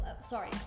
sorry